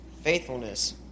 faithfulness